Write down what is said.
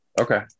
Okay